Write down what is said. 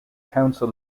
council